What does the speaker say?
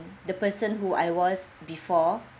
the person who I was before